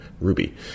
Ruby